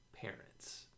parents